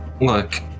look